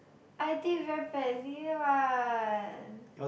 I did very badly what